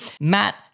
Matt